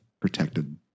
protected